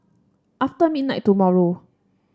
after midnight tomorrow